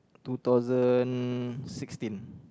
two thousand sixteen